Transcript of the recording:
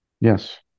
Yes